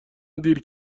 دیر